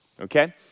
okay